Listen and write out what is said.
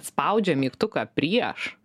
spaudžia mygtuką prieš